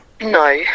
No